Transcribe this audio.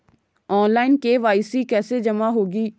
Online KYC कैसे जमा होगी?